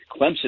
Clemson